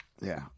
yeah-